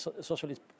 socialist